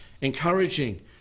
encouraging